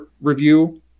review